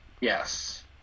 Yes